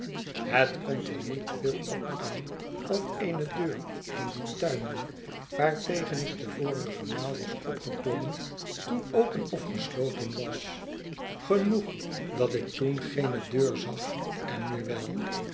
het komt er niet veel op aan of eene deur in dien tuinmuur waartegen ik de vorige maal was opgeklommen toen open of gesloten was genoeg dat ik toen geene deur zag en nu wel